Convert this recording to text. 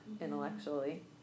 intellectually